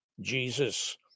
Jesus